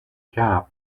cap